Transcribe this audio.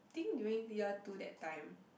think during year two that time